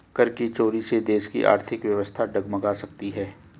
कर की चोरी से देश की आर्थिक व्यवस्था डगमगा सकती है